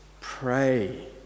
pray